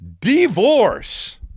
Divorce